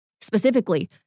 specifically